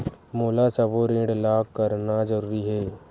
मोला सबो ऋण ला करना जरूरी हे?